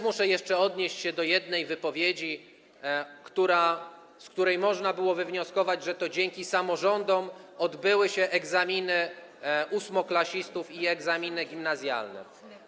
Muszę jeszcze odnieść się do jednej wypowiedzi, z której można było wywnioskować, że to dzięki samorządom odbyły się egzaminy ósmoklasistów i egzaminy gimnazjalne.